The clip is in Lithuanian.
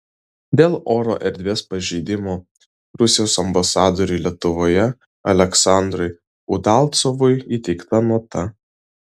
dėl oro erdvės pažeidimo rusijos ambasadoriui lietuvoje aleksandrui udalcovui įteikta nota